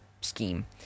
scheme